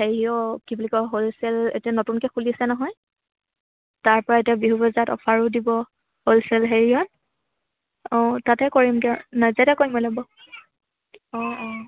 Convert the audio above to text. হেৰিও কি বুলি কয় হ'লচেল এতিয়া নতুনকৈ খুলিছে নহয় তাৰপৰা এতিয়া বিহু বজাৰত অফাৰো দিব হ'লচেল হেৰিয়ত অঁ তাতে কৰিম দিয়ক নাজিৰাতে কৰিম ওলাব অঁ অঁ